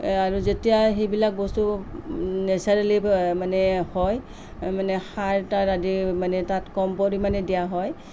আৰু যেতিয়াই সেইবিলাক বস্তু নেচাৰেলী মানে হয় মানে সাৰ তাৰ মানে আদি তাত কম পৰিমাণে দিয়া হয়